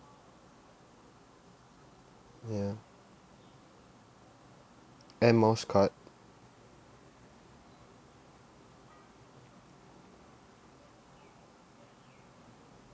ya air miles card